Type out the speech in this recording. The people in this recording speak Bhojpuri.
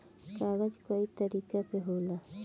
कागज कई तरीका के होला